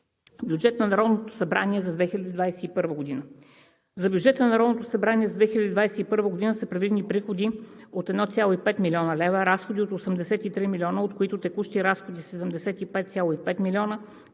Бюджет на Народното събрание за 2021 г. За бюджета на Народното събрание за 2021 г. са предвидени приходи от 1,5 млн. лв.; разходи от 83,0 млн. лв., от които текущи разходи – 75,5 млн.